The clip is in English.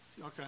okay